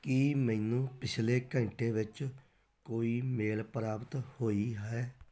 ਕੀ ਮੈਨੂੰ ਪਿਛਲੇ ਘੰਟੇ ਵਿੱਚ ਕੋਈ ਮੇਲ ਪ੍ਰਾਪਤ ਹੋਈ ਹੈ